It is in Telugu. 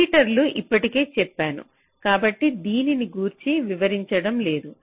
రిపీటర్లు ఇప్పటికే చెప్పాను కాబట్టి దీని గురించి వివరించడం లేదు